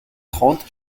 trente